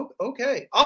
Okay